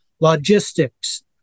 Logistics